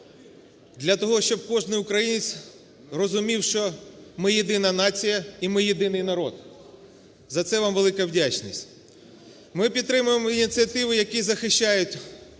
для того, щоб кожен українець розумів, що ми – єдина нація і ми – єдиний народ. За це вам велика вдячність. Ми підтримуємо ініціативи, які захищають